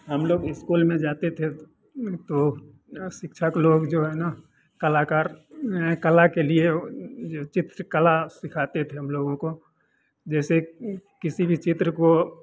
हम लोग इस्कूल में जाते थे तो तो शिक्षा को लोग जो है न कलाकार कला के लिए जे चित्रकला सिखाते थे हम लोगों को जैसे किसी भी चित्र को